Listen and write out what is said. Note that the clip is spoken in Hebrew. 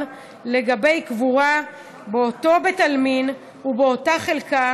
לגבי קבורה באותו בית עלמין ובאותה חלקה,